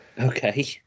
okay